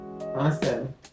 Awesome